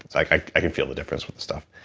like i can feel the difference with the stuff.